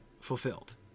fulfilled